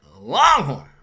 Longhorn